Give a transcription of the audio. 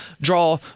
draw